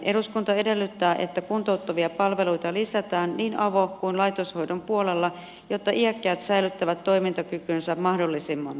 eduskunta edellyttää että kuntouttavia palveluita lisätään niin avo kuin laitoshoidon puolella jotta iäkkäät säilyttävät toimintakykynsä mahdollisimman pitkään